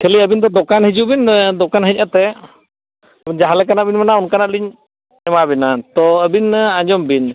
ᱠᱷᱟᱹᱞᱤ ᱟᱹᱵᱤᱱ ᱫᱚ ᱫᱳᱠᱟᱱ ᱦᱤᱡᱩᱜ ᱵᱤᱱ ᱫᱳᱠᱟᱱ ᱦᱮᱡ ᱟᱛᱮ ᱡᱟᱦᱟᱸ ᱞᱮᱠᱟᱱᱟᱜ ᱵᱤᱱ ᱢᱮᱱᱟ ᱚᱱᱠᱟᱱᱟᱜ ᱞᱤᱧ ᱮᱢᱟ ᱵᱤᱱᱟ ᱛᱚ ᱟᱹᱵᱤᱱ ᱟᱸᱡᱚᱢ ᱵᱤᱱ